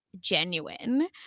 genuine